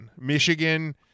Michigan